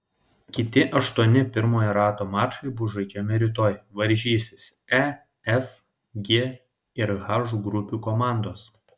kiti aštuoni pirmojo rato mačai bus žaidžiami rytoj varžysis e f g ir h grupių komandos